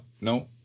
no